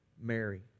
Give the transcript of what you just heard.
Mary